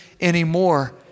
anymore